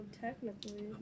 technically